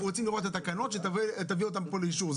אנחנו רוצים לראות את התקנות שתביא אותם פה לאישור,